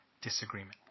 disagreement